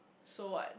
so what